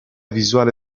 visuale